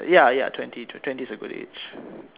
ya ya twenty twenty is a good age